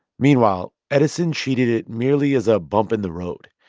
meanwhile, edison treated it merely as a bump in the road.